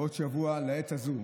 בעוד שבוע לעת הזו,